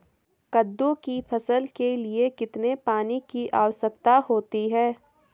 कद्दू की फसल के लिए कितने पानी की आवश्यकता होती है?